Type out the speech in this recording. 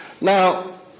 Now